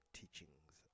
teachings